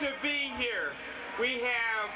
to be here we have